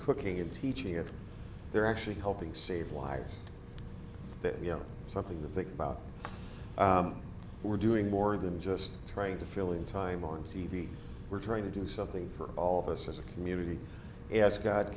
cooking and teaching it they're actually helping save lives you know something the thing about we're doing more than just trying to fill in time or we're trying to do something for all of us as a community as god